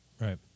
Right